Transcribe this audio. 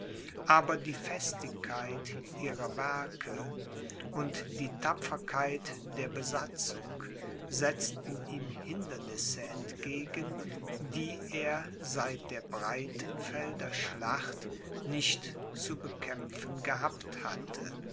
aber die festigkeit ihrer werke und die tapferkeit der besatzung setzten ihm hindernisse entgegen die er seit der breitenfelder schlacht nicht zu bekämpfen gehabt hatte